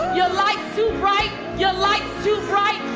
your light's too bright. your light's too bright.